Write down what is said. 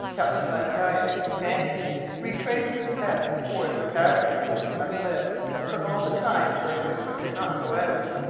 captain len guy and his companions retraced their steps towards the cavern in which we must live for all the time during which we could not go out,